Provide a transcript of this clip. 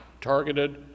targeted